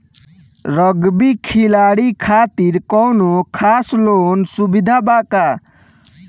Rugby खिलाड़ी खातिर कौनो खास लोन सुविधा बा का?